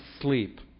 sleep